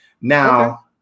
Now